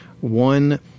one